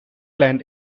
land